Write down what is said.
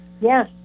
Yes